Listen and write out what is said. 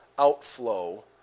outflow